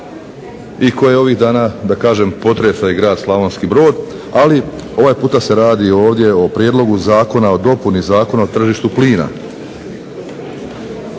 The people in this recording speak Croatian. i koje ovih dana da kažem potresa i grad Slavonski Brod, ali ovaj puta se radi ovdje o prijedlogu zakona, o dopuni Zakona o tržištu plina,